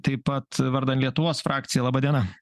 taip pat vardan lietuvos frakcija laba diena